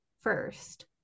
first